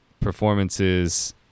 performances